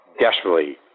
desperately